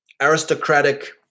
aristocratic